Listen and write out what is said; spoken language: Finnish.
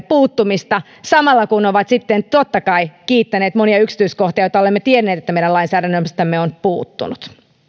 puuttumista samalla kun ovat sitten totta kai kiittäneet monia yksityiskohtia joista olemme tienneet että meidän lainsäädännöstämme on niitä puuttunut